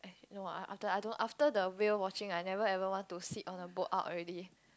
no ah after I don't after the whale watching I never ever want to sit on a boat out already